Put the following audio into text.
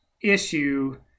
issue